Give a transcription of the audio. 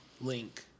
link